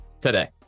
today